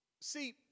See